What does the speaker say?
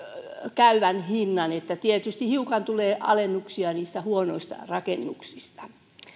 käyvän hinnan että tietysti hiukan tulee alennuksia niistä huonoista rakennuksista